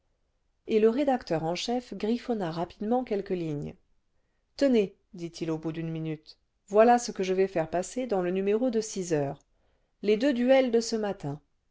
et le rédacteur en chef griffonna rapidement quelques lignes tenez dit-il au bout d'une minute voilà ce que je vais faire passer dans le numéro de six heures les deux duels de ce matin